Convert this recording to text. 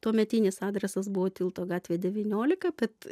tuometinis adresas buvo tilto gatvė devyniolika bet